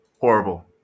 Horrible